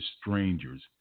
Strangers